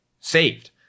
saved